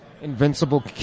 invincible